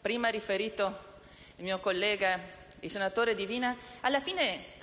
prima riferito il mio collega, senatore Divina - c'è